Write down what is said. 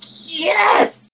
yes